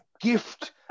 gift